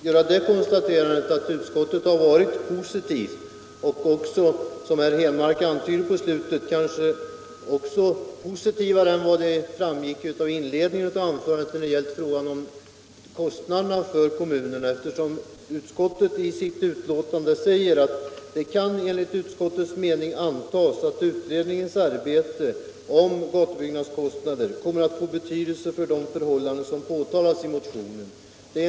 Herr talman! Jag vill i anledning av herr Henmarks inlägg. bara helt kortfattat göra det konstaterandet att utskottet har varit positivt och — som herr Henmark antydde i slutet av sitt anförande — kanske även mera positivt än vad som framgick av inledningen på anförandet när det gällt frågan om kostnaderna för kommunerna. Utskottet skriver näm ligen i sitt betänkande att det enligt utskottets mening kan antagas att utredningen kommer att få betydelse för de förhållanden som påtalas i motionen.